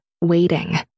waiting